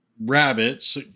Rabbits